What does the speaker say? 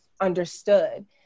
understood